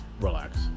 relax